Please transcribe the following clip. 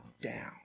down